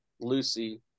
Lucy